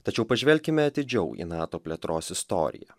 tačiau pažvelkime atidžiau į nato plėtros istoriją